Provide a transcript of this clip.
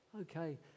Okay